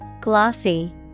Glossy